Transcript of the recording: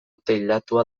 teilatua